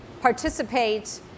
participate